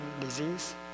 disease